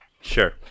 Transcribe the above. Sure